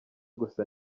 gusa